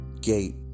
gate